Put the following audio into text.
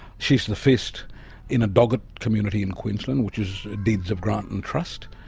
she is the first in a dogit community in queensland, which is deeds of grant in trust,